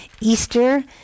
Easter